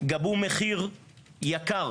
גבו מחיר יקר